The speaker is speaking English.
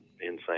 insane